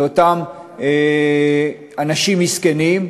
לאותם אנשים מסכנים,